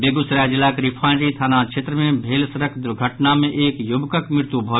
वेगुसराय जिलाक रिफाइनरी थाना क्षेत्र मे भेल सड़क दुर्घटना मे एक युवकक मृत्यु भऽ गेल